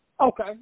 Okay